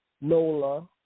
Nola